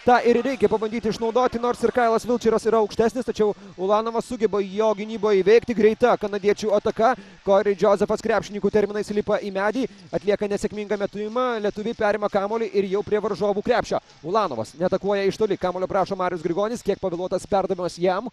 tą ir reikia pabandyti išnaudoti nors ir kailas vilčeras yra aukštesnis tačiau ulanovas sugeba jo gynybą įveikti greita kanadiečių ataka kori džozefas krepšininkų terminais įlipa į medį atlieka nesėkmingą metimą lietuviai perima kamuolį ir jau prie varžovų krepšio ulanovas neatakuoja iš toli kamuolio prašo grigonis kiek pavėluotas perdavimas jam